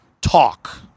talk